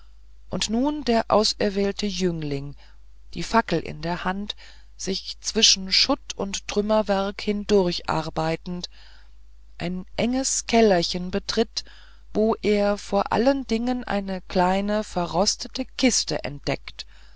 und nun der auserwählte jüngling die fackel in der hand sich zwischen schutt und trümmerwerk hindurcharbeitend ein enges kellerchen betritt wo er vor allen dingen eine kleine verrostete kiste entdeckt